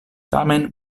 tamen